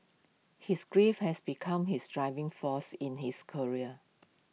his grief has become his driving force in his career